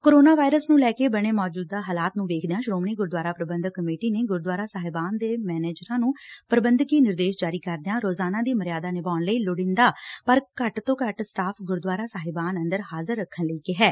corona virus ਨੂੰ ਲੈ ਕੇ ਬਣੇ ਮੌਜੂਦਾ ਹਾਲਾਤ ਨੂੰ ਵੇਖਦਿਆਂ ਸ੍ਰੋਮਣੀ ਗੁਰਦੁਆਰਾ ਪ੍ਰਬੰਧਕ ਕਮੇਟੀ ਨੇ ਗੁਰਦੁਆਰਾ ਸਾਹਿਬਾਨ ਦੇ ਮੈਨੇਜਰਾਂ ਨੂੰ ਪ੍ਰਬੰਧਕੀ ਨਿਰਦੇਸ਼ ਜਾਰੀ ਕਰਦਿਆਂ ਰੋਜ਼ਾਨਾ ਦੀ ਮਰਯਾਦਾ ਨਿਭਾਉਣ ਲਈ ਲੋੜੀਂਦਾ ਪਰ ਘੱਟ ਤੋਂ ਘੱਟ ਸਟਾਫ਼ ਗੁਰਦੁਆਰਾ ਸਾਹਿਬਾਨ ਅੰਦਰ ਹਾਜ਼ਰ ਰੱਖਣ ਲਈ ਕਿਹੈ